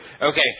Okay